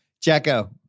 Jacko